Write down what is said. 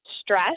stress